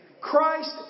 Christ